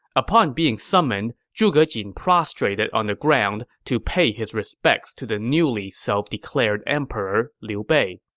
upon being summoned, zhuge jin prostrated on the ground to pay his respects to the newly self-declared emperor liu bei.